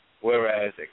whereas